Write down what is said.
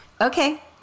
okay